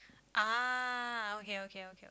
ah okay okay okay